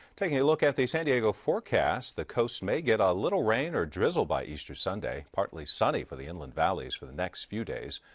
like looking at the san diego forecast, the coast may get a little rain or drizzle by easter sunday. partly sunny for the and and valleys for the next few days,